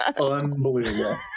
Unbelievable